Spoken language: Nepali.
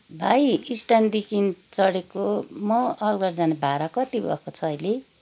भाइ स्टान्डदेखि चढेको म अल्गडा जाने भाडा कति भएको छ अहिले